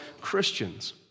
Christians